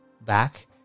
back